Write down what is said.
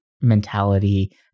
mentality